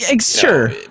Sure